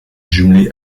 jumelée